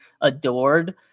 adored